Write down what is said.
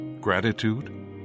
gratitude